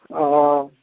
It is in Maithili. हँ